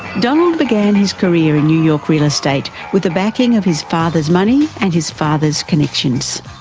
donald began his career in new york real estate with the backing of his father's money and his father's connections.